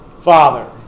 father